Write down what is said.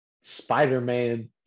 Spider-Man